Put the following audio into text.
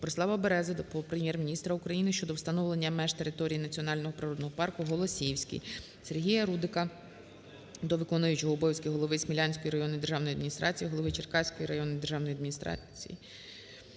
Борислава Берези до Прем'єр-міністра України щодо встановлення меж території національного природного парку "Голосіївський". Сергія Рудика до Виконуючого обов'язки голови Смілянської районної державної адміністрації, голови Черкаської районної державної адміністрації,